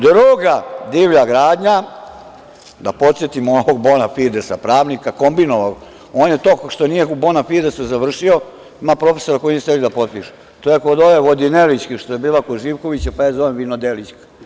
Druga divlja gradnja, da podsetim ovog „Bonafides“ pravnika, kombinovanog, on je to što nije u „Bonafidesu“ završio, ima profesora koji nisu hteli da potpišu, to je kod ove Vodinelićke, što je bila kod Živkovića, pa je ja zovem vinodelićka.